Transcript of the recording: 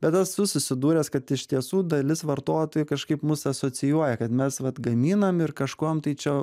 bet esu susidūręs kad iš tiesų dalis vartotojų kažkaip mus asocijuoja kad mes vat gaminam ir kažkuom tai čia